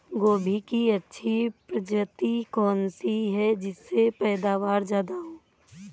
गोभी की अच्छी प्रजाति कौन सी है जिससे पैदावार ज्यादा हो?